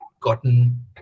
Gotten